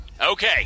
Okay